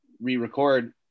re-record